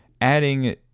Adding